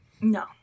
No